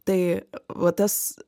tai va tas